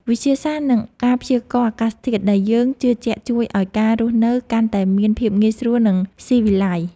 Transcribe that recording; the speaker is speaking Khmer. វិទ្យាសាស្ត្រ និងការព្យាករណ៍អាកាសធាតុដែលយើងជឿជាក់ជួយឱ្យការរស់នៅកាន់តែមានភាពងាយស្រួល និងស៊ីវិល័យ។